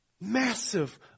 Massive